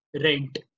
Rent